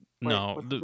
No